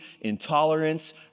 intolerance